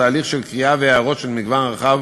תהליך של קריאה והערות של מגוון רחב